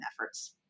efforts